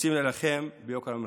רוצים להילחם ביוקר המחיה,